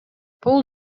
бул